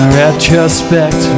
retrospect